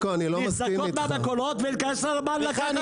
על המכולות ולהיכנס לנמל.